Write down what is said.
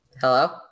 Hello